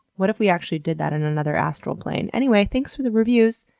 what if we actually did that on another astral plane? anyway, thanks for the reviews!